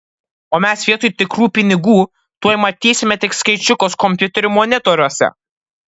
o mes vietoj tikrų pinigų tuoj matysime tik skaičiukus kompiuterių monitoriuose